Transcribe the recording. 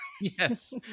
yes